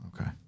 Okay